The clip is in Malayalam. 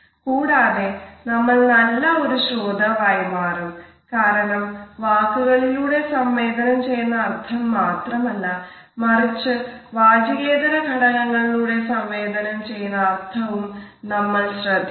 കൂടാതെ നമ്മൾ നല്ല ഒരു ശ്രോതാവായി മാറും കാരണം വാക്കുകളിലൂടെ സംവേദനം ചെയ്യുന്ന അർത്ഥം മാത്രമല്ല മറിച്ചു വാചികേതര ഘടകങ്ങളിലൂടെ സംവേദനം ചെയ്യുന്ന അർത്ഥവും നമ്മൾ ശ്രദ്ധിക്കുന്നു